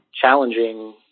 challenging